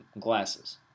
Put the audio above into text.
glasses